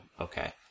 okay